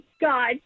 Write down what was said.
God